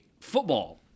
football